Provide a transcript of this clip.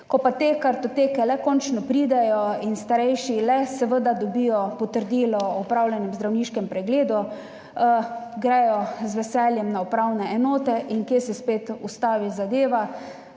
Ko pa te kartoteke končno le pridejo in starejši seveda dobijo potrdilo o opravljenem zdravniškem pregledu, grejo z veseljem na upravne enote. In kje se zadeva